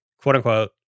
quote-unquote